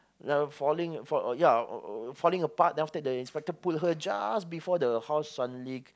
the falling fall ya falling apart then after that the inspector pull her jars before the house suddenly